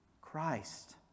Christ